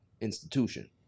institution